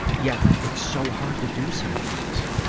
yet it's so hard to do sometimes.